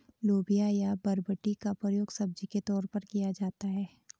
लोबिया या बरबटी का प्रयोग सब्जी के तौर पर किया जाता है